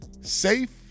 safe